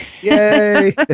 Yay